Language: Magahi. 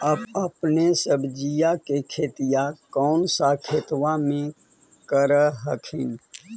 अपने सब्जिया के खेतिया कौन सा खेतबा मे कर हखिन?